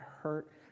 hurt